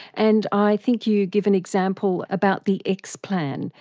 and i think you give an example about the x-plan,